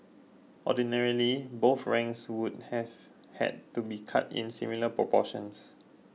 ordinarily both ranks would have had to be cut in similar proportions